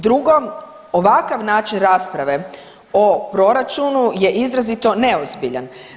Drugo, ovakav način rasprave o proračunu je izrazito neozbiljan.